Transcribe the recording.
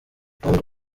n’undi